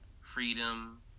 freedom